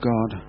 God